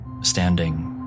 standing